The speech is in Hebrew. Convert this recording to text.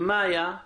מאיה,